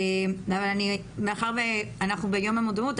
מאחר שאנחנו ביום המודעות,